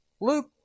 Luke